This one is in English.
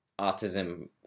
autism